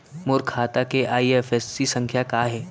मोर खाता के आई.एफ.एस.सी संख्या का हे?